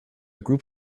group